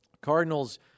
Cardinals